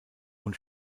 und